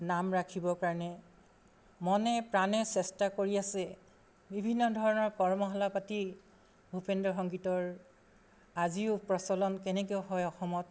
নাম ৰাখিবৰ কাৰণে মনে প্ৰাণে চেষ্টা কৰি আছে বিভিন্ন ধৰণৰ কৰ্মশালা পাতি ভূপেন্দ্ৰ সংগীতৰ আজিও প্ৰচলন কেনেকৈ হয় অসমত